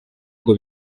ngo